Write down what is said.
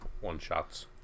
one-shots